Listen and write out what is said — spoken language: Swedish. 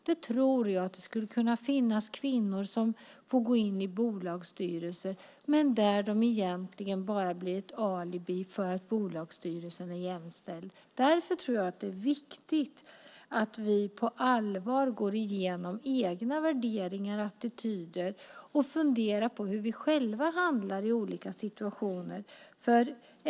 Det skulle kunna finnas kvinnor som får gå in i bolagsstyrelser där de bara blir ett alibi för att bolagsstyrelsen är jämställd. Därför tror jag att det är viktigt att vi på allvar går igenom egna värderingar och attityder och funderar på hur vi själva handlar i olika situationer.